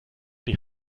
die